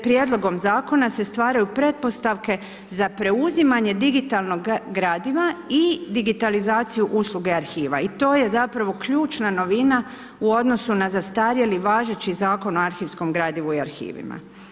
Prijedlogom zakona se stvaraju pretpostavke za preuzimanje digitalnog gradiva i digitalizaciju usluge arhiva i to je zapravo ključna novina u odnosu na zastarjeli, važeći Zakon o arhivskom gradivu i arhivima.